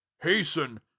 hasten